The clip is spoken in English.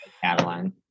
Catalan